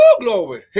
glory